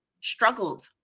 struggled